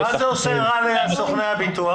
מה זה עושה רע לסוכני הביטוח?